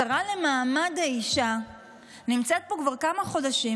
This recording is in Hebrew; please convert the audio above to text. השרה למעמד האישה נמצאת כאן כבר כמה חודשים,